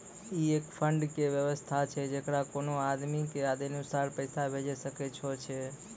ई एक फंड के वयवस्था छै जैकरा कोनो आदमी के आदेशानुसार पैसा भेजै सकै छौ छै?